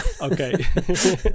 Okay